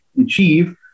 achieve